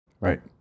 Right